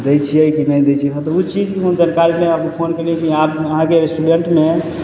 दै छियै कि नहि दै छियै मतलब उ चीजमे हम जानकारी लए हम फोन कयलियै कि अहाँके रेस्टोरेन्टमे